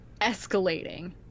escalating